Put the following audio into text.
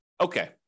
okay